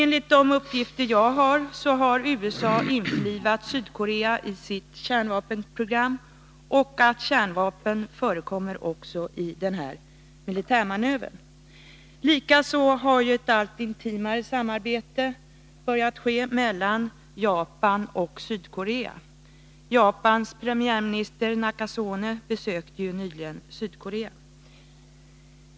Enligt de uppgifter jag har fått har USA införlivat Sydkorea i sitt kärnvapenprogram, och kärnvapen lär också förekomma i den här militärmanövern. Likaså har ett allt intimare samarbete börjat ske mellan Japan och Sydkorea. Japans premiärminister Nakasone besökte ju nyligen Sydkorea.